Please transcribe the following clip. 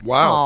Wow